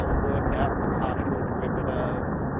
um work out the partial derivative,